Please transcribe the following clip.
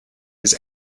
his